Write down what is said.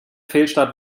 fehlstart